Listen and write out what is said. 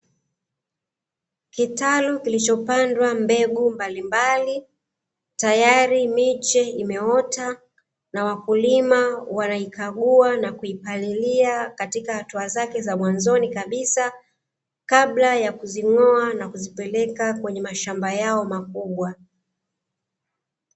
Kitali kilichopandwa mbegu mbalimbali tayari miche imeota na wakulima wanaikagua na kuipalilia katika hatua zake za mwanzoni kabisa, kabla ya kuzing'oa na kuzipeleka kwenye mashamba yao makubwa.